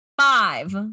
five